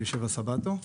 אלישבע סבתו.